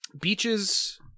Beaches